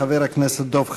חבר הכנסת דב חנין,